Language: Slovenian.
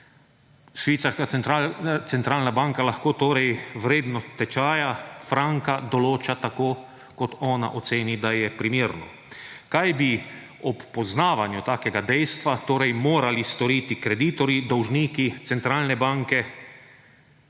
Švicarska centralna banka lahko torej vrednost tečaja franka določa tako, kot ona oceni, da je primerno. Kaj bi ob poznavanju takega dejstva torej morali storiti kreditorji, dolžniki centralne banke